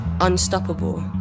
Unstoppable